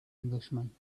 englishman